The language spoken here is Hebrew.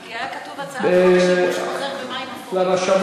כי היה כתוב: הצעת חוק שימוש חוזר במים אפורים.